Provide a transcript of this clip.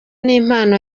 n’impano